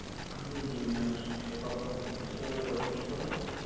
हां जी हां जी में शुंशात तुस कु'न बोला दे